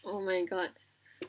oh my god